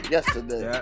Yesterday